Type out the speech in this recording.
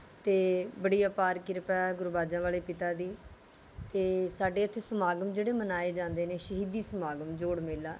ਅਤੇ ਬੜੀ ਅਪਾਰ ਕਿਰਪਾ ਹੈ ਗੁਰੂ ਬਾਜਾਂ ਵਾਲੇ ਪਿਤਾ ਦੀ ਅਤੇ ਸਾਡੇ ਇੱਥੇ ਸਮਾਗਮ ਜਿਹੜੇ ਮਨਾਏ ਜਾਂਦੇ ਨੇ ਸ਼ਹੀਦੀ ਸਮਾਗਮ ਜੋੜ ਮੇਲਾ